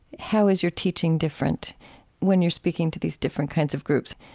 how is your teaching different when you're speaking to these different kinds of groups?